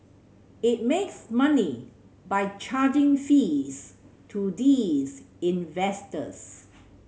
it makes money by charging fees to these investors